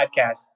podcast